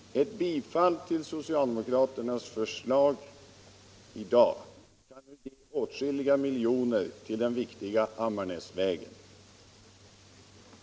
Ett bifall till socialdemokraternas förslag i dag kan ge åtskilliga miljoner till den viktiga Ammarnäsvägen.